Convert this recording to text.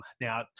Now